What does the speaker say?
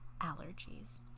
allergies